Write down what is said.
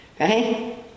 Okay